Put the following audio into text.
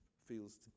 feels